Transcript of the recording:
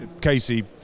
Casey